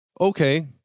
Okay